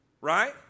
Right